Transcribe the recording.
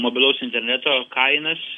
mobilaus interneto kainas